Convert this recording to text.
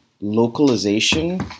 localization